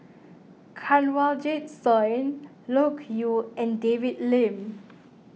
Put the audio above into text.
Kanwaljit Soin Loke Yew and David Lim